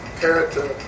character